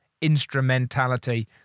instrumentality